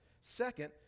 Second